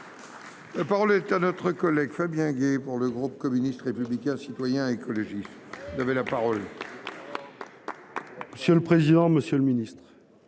La parole est à notre collègue Fabien Gay pour le groupe communiste, républicain, citoyen. Le juge devait la parole. Monsieur le président, Monsieur le Ministre,